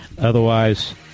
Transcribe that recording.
Otherwise